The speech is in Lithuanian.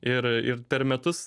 ir ir per metus